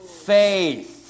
faith